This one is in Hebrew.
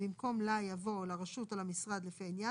מקום "לה" יבוא "לרשות או למשרד לפי העניין"